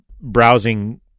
browsing